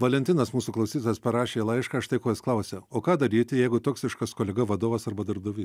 valentinas mūsų klausytojas parašė laišką štai ko jis klausia o ką daryti jeigu toksiškas kolega vadovas arba darbdavys